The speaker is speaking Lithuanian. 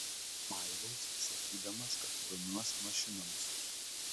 maivaus sakydamas kad domiuos mašinomis